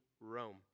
Rome